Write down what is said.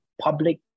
public